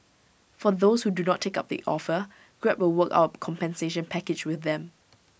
for those who do not take up the offer grab will work out compensation package with them